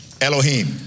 Elohim